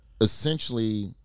essentially